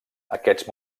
aquests